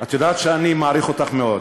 את יודעת שאני מעריך אותך מאוד.